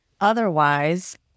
otherwise